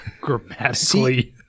grammatically